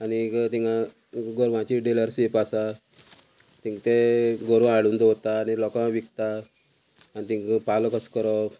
आनीक तिंगा गोरवाची डिलरशीप आसा तेंका ते गोरवां हाडून दवरता आनी लोकांक विकता आनी तिंका पालो कसो करप